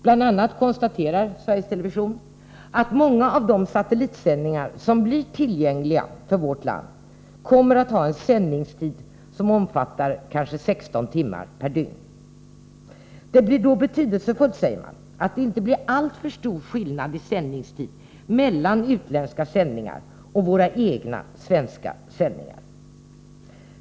Bl.a. konstaterar Sveriges Television att många av de satellitsändningar som blir tillgängliga för vårt land kommer att ha en sändningstid som omfattar kanske 16 timmar per dygn. Det är då betydelsefullt att det inte blir alltför stor skillnad i sändningstid mellan utländska sändningar och våra egna svenska sändningar.